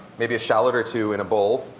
maybe a shallot or two in a bowl.